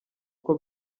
uko